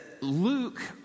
Luke